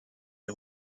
est